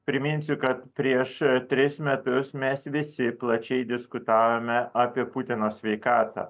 priminsiu kad prieš tris metus mes visi plačiai diskutavome apie putino sveikatą